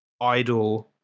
idle